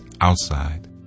outside